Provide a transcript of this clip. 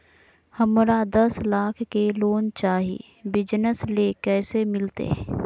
हमरा दस लाख के लोन चाही बिजनस ले, कैसे मिलते?